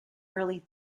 early